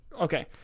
Okay